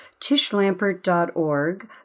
tishlampert.org